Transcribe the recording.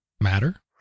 Matter